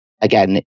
again